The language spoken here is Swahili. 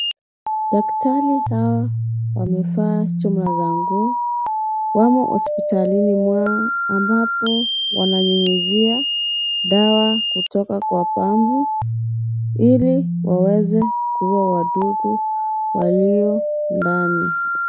Daktari hawa wamevaa chombo za nguo. Wamo hospitalini mwao ambapo wananyunyizia dawa kutoka kwa pampu ili waweze kuua wadudu walio ndani.